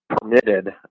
permitted